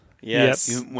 Yes